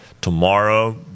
tomorrow